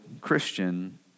Christian